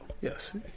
Yes